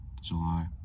July